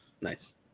Nice